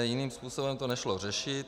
Jiným způsobem to nešlo řešit.